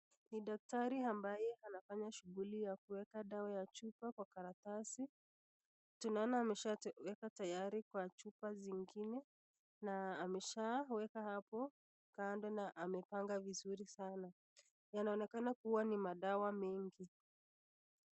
Ni daktari ambaye anafanya shughuli ya kuweka dawa ya chupa kwa karatasi, tunaona ameweka tayari kwa chupa zingine. Na ameshaweka hapo kando na amepanga vizuri sana. Yanaonekana kuwa ni madawa mengi.